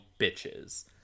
bitches